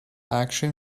action